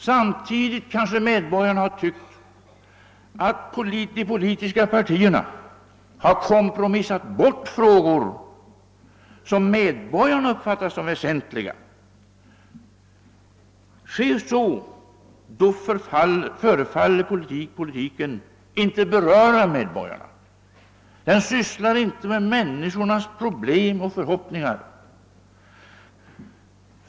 Samtidigt kanske medborgarna har tyckt att de politiska partierna kompromissat bort frågor som medborgarna uppfattar som väsentliga. Sker så förefaller politiken inte beröra medborgarna — den sysslar inte med människornas problem och förhoppningar.